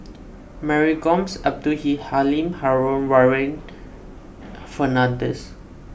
Mary Gomes Abdul Halim Haron and Warren Fernandez